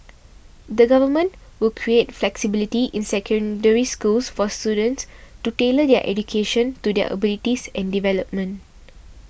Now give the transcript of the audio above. the Government will create flexibility in Secondary Schools for students to tailor their education to their abilities and development